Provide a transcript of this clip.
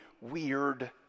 weird